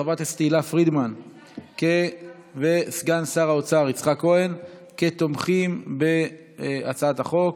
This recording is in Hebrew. חברת הכנסת תהלה פרידמן וסגן שר האוצר יצחק כהן כתומכים בהצעת החוק.